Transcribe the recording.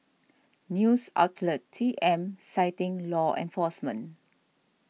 news outlet T M citing law enforcement